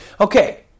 Okay